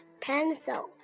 pencil